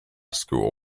school